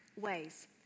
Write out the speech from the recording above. ways